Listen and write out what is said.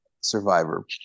survivor